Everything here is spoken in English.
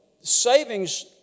Savings